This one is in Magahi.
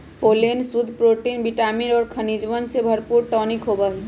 पोलेन शुद्ध प्रोटीन विटामिन और खनिजवन से भरपूर टॉनिक होबा हई